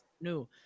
new